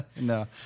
No